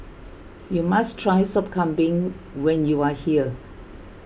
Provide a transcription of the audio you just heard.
you must try Sop Kambing when you are here